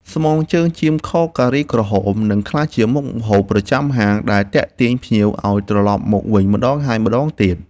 ស្មងជើងចៀមខការីក្រហមនឹងក្លាយជាមុខម្ហូបប្រចាំហាងដែលទាក់ទាញភ្ញៀវឱ្យត្រឡប់មកវិញម្តងហើយម្តងទៀត។